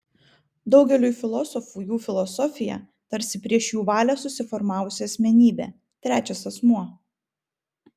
daugeliui filosofų jų filosofija tarsi prieš jų valią susiformavusi asmenybė trečias asmuo